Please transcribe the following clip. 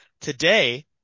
today